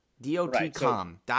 DOT.com